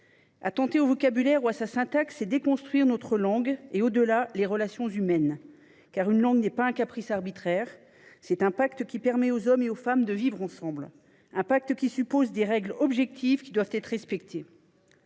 Attenter au vocabulaire ou à sa syntaxe, c’est déconstruire notre langue et, au delà, les relations humaines. Une langue n’est pas un caprice arbitraire, c’est un pacte qui permet aux hommes et aux femmes de vivre ensemble, un pacte qui suppose des règles objectives qui doivent être respectées.